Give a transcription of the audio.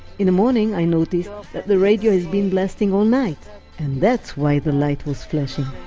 in the morning i noticed ah that the radio had been blasting all night and that's why the light was flashing